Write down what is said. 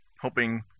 hoping